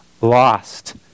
lost